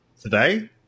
Today